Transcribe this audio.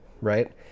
right